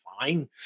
fine